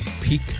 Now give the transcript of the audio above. Peak